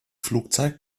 flugzeit